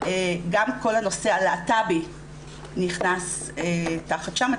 גם כל הנושא הלהט"בי נכנס תחת שם,